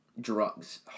drugs